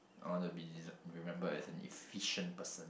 I want to be desig~ remembered as an efficient person